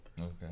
Okay